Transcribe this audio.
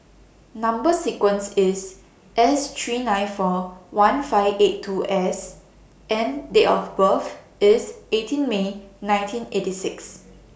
Number sequence IS S three nine four one five eight two S and Date of birth IS eighteen May nineteen eighty six